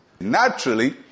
Naturally